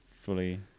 fully